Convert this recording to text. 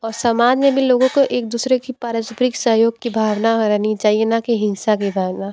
और समाज में भी लोगों को एक दूसरे की पारस्परिक सहयोग की भावना रहनी चाहिए ना कि हिंसा की भावना